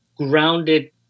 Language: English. grounded